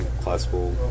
classical